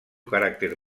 caràcter